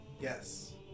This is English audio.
Yes